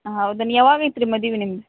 ಹೌದನು ಯಾವಾಗ ಐತೆ ರೀ ಮದುವೆ ನಿಮ್ದು